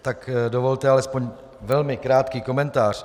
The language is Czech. Tak dovolte alespoň velmi krátký komentář.